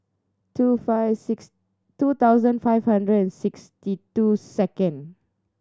two five six two thousand five hundred and sixty two second